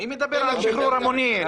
מי מדבר על שחרור המוני?